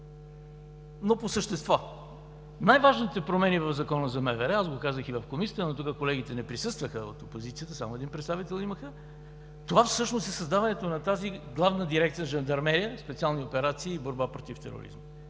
Но по същество! Най-важните промени в Закона за МВР – аз го казах и в Комисията, но колегите от опозицията не присъстваха, само един представител имаха – това всъщност е създаването на тази Главна дирекция „Жандармерия, специални операции и борба против тероризма“.